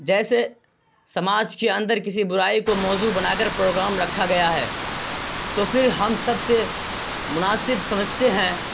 جیسے سماج کے اندر کسی برائی کو موضوع بنا کر پروگرام رکھا گیا ہے تو فر ہم سب سے مناسب سمجھتے ہیں